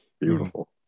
beautiful